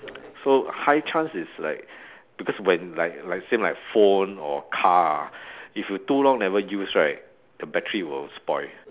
so high chance is like because when like like same like phone or car ah if you too long never use right the battery will spoil